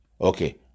Okay